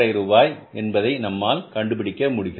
5 என்பதை நம்மால் கண்டுபிடிக்க முடிகிறது